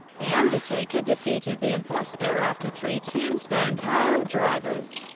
the undertaker defeated the impostor after three tombstone piledrivers.